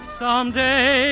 someday